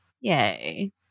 Yay